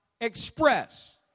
express